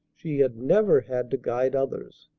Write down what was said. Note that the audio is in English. she had never had to guide others.